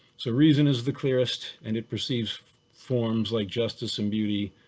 so, reason is the clearest and it perceives forms like justice and beauty,